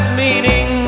meaning